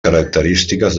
característiques